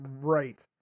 Right